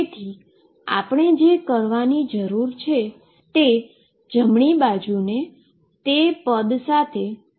તેથીઆપણે જે કરવાની જરૂર છે તે જમણી બાજુને તે પદ સાથે ગુણાકાર કરવાની જરૂર છે